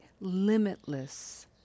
limitless